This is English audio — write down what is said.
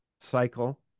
cycle